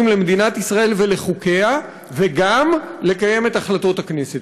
למדינת ישראל ולחוקיה וגם לקיים את החלטות הכנסת,